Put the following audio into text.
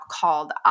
called